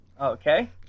Okay